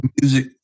music